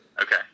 Okay